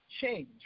change